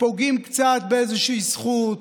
לפגוע קצת באיזושהי זכות,